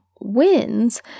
wins